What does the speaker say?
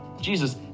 Jesus